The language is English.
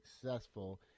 successful